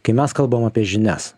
kai mes kalbam apie žinias